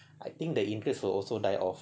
I think the interest will also die off